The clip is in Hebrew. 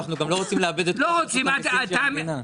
אבל אנחנו גם לא רוצים לאבד את כל המסים של המדינה.